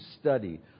study